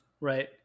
right